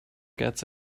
gets